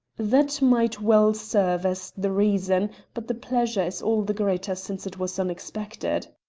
that might well serve as the reason, but the pleasure is all the greater since it was unexpected.